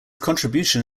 contribution